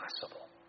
possible